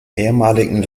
ehemaligen